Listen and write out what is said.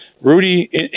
Rudy